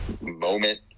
moment